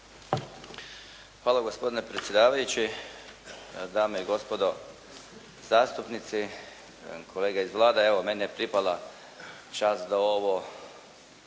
Hvala gospodine predsjedavajući. Dame i gospodo zastupnici, kolege iz Vlade. Evo meni je pripala čast da ovo